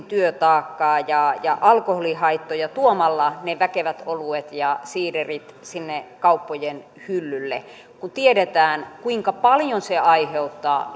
työtaakkaa ja ja alkoholihaittoja tuomalla ne väkevät oluet ja siiderit sinne kauppojen hyllylle kun tiedetään kuinka paljon se aiheuttaa